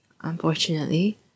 unfortunately